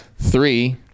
Three